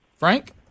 Frank